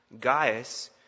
Gaius